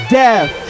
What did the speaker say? death